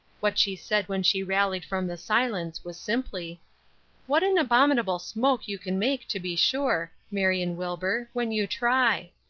what she said when she rallied from the silence was simply what an abominable smoke you can make to be sure, marion wilbur, when you try.